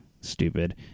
stupid